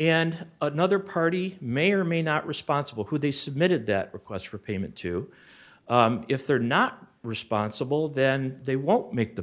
and another party may or may not responsible who they submitted that requests for payment to if they are not responsible then they won't make the